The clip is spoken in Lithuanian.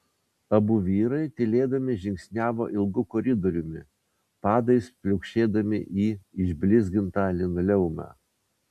abu vyrai tylėdami žingsniavo ilgu koridoriumi padais pliaukšėdami į išblizgintą linoleumą